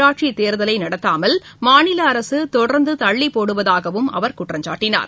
உள்ளாட்சித் தேர்தலைநடத்தாமல் மாநிலஅரசுதொடர்ந்துதள்ளிப்போடுவதாகவும் அவர் குற்றம் சாட்டினார்